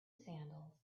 sandals